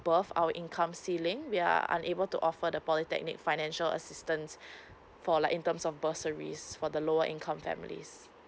above our income ceiling we are unable to offer the polytechnic financial assistance for like in terms of bursaries for the lower income families